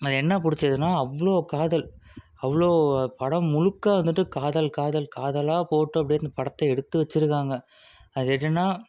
அது என்ன பிடிச்சுதுன்னா அவ்வளோ காதல் அவ்வளோ படம் முழுக்க வந்துட்டு காதல் காதல் காதலாக போட்டு அப்படியே அந்த படத்தை எடுத்து வச்சுருக்காங்க அது என்னன்னா